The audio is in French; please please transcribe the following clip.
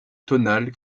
tonale